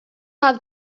have